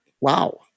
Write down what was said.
wow